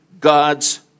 God's